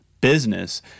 business